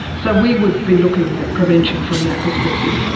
so we would be looking at prevention from that perspective.